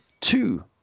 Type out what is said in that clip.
two